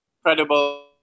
incredible